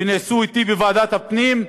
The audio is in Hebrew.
ונעשו אתי בוועדת הפנים,